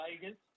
Vegas